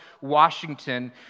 Washington